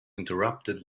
interrupted